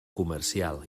comercial